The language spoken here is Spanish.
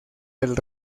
del